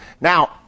Now